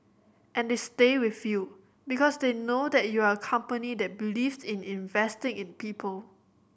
and they stay with you because they know that you are company that believes in investing in people